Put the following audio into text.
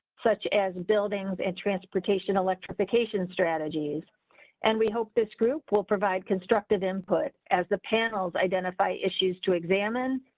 such as buildings and transportation electrification strategies and we hope this group will provide constructive input as the panels identify issues to examine.